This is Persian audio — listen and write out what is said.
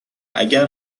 اگر